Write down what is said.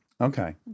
Okay